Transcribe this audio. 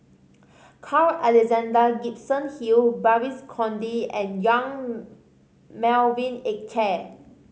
Carl Alexander Gibson Hill Babes Conde and Yong Melvin Yik Chye